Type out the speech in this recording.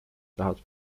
tahad